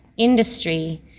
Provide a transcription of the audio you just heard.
industry